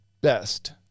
best